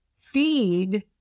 feed